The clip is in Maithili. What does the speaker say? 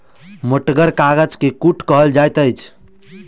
मोटगर कागज के कूट कहल जाइत अछि